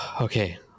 okay